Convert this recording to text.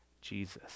Jesus